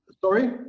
Sorry